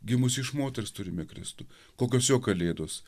gimusį iš moters turime kristų kokios jo kalėdos